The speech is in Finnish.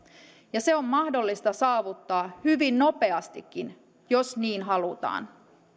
ja se on mahdollista saavuttaa hyvin nopeastikin jos niin halutaan